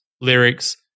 lyrics